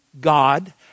God